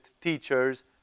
teachers